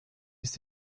ist